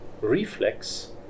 reflex